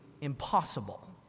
impossible